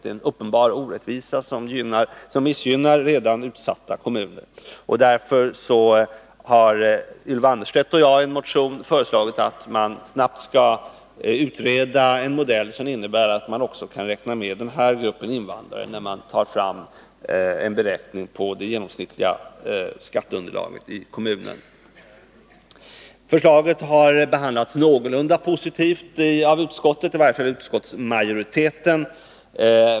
Det är en uppenbar orättvisa som missgynnar redan utsatta kommuner. Därför har Ylva Annerstedt och jag i en motion föreslagit en snabb utredning av en modell som innebär att man också kan räkna med den här gruppen invandrare, när man tar fram en beräkning på det genomsnittliga skatteunderlaget i kommunerna. Förslaget har behandlats någorlunda positivt av utskottsmajoriteten.